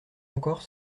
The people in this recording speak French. encore